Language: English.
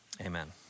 amen